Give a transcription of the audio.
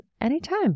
anytime